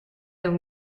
een